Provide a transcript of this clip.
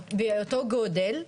באותו גודל,